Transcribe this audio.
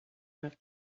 enough